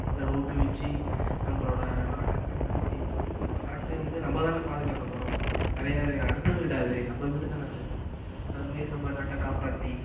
அதை ஊக்குவித்து நம்மளோட நாட்டை மேம்படுத்தி நம்ம நாட்டை வந்து நம்ம தானே பாதுகாக்க போகிறோம் வேற யார் அடுத்த வீடா இது நம்ம வீடு தானே அது அது மாதிரி நம்ம நாட்டை காப்பாற்றி